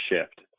shift